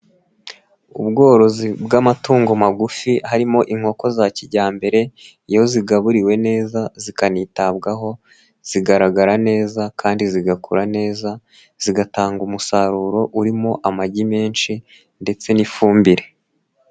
Ubworozi bw'amatungo magufi harimo inkoko za kijyambere, iyo zigaburiwe neza zikanitabwaho zigaragara neza, kandi zigakura neza, zigatanga umusaruro urimo amagi menshi ndetse n'ifumbire.